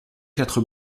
quatre